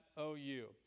OU